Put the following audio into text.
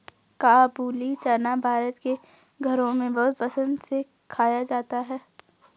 काबूली चना भारत के घरों में बहुत पसंद से खाया जाता है